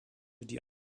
die